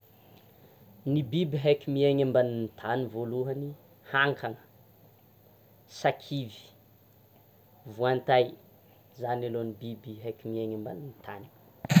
Ny biby haiky miaigny ambanin'ny tany voalany, hankana, sakivy, voantay, zany alôha ny biby haiky miaigny ambani'ny tany.